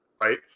right